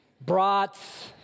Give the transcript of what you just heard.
brats